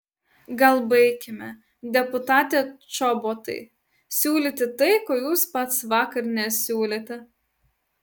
gal baikime deputate čobotai siūlyti tai ko jūs pats vakar nesiūlėte